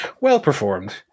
well-performed